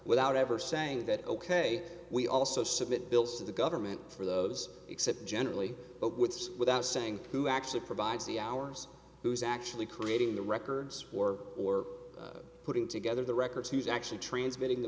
without ever saying that ok we also submit bills to the government for those except generally without saying who actually provides the hours who is actually creating the records or or putting together the records who's actually transmitting the